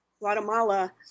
Guatemala